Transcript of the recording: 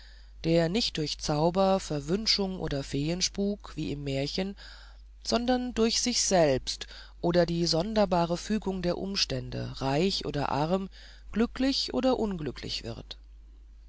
der nicht durch zauber verwünschung oder feenspuk wie im märchen sondern durch sich selbst oder die sonderbare fügung der umstände reich oder arm glücklich oder unglücklich wird